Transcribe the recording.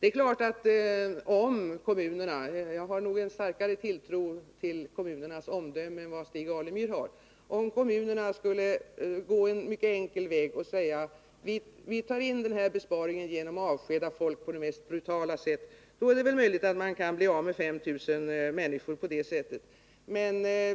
Det är klart att om kommunerna — men jag vill tillägga att jag nog har en mycket starkare tilltro till kommunernas omdöme än vad Stig Alemyr har — skulle gå en mycket enkel väg och säga att de skall göra den här besparingen genom att avskeda folk på det mest brutala sätt, då är det väl möjligt att man på det sättet skulle kunna bli av med 5 000 människor.